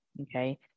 okay